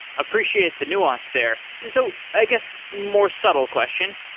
appreciate the nuance there. so i guess more subtle question.